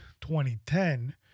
2010